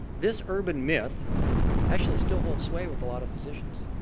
this urban myth actually still holds sway with a lot of physicians.